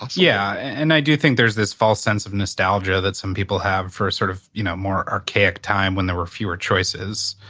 yeah, and i do think there's this false sense of nostalgia that some people have for a sort of, you know, more archaic time when there were fewer choices.